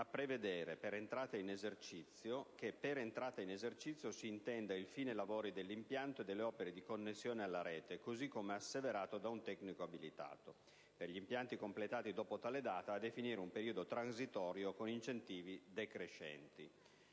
a prevedere che, per entrata in esercizio, si intenda il «fine lavori dell'impianto e delle opere di connessione alla rete», così come asseverato da un tecnico abilitato; per gli impianti completati dopo tale data a definire un periodo transitorio con incentivi decrescenti;